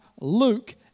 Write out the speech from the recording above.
Luke